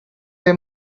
they